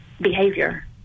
behavior